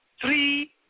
three